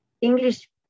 English